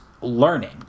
learning